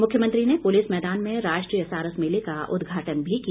मुख्यमंत्री ने पुलिस मैदान में राष्ट्रीय सारस मेले का उदघाटन भी किया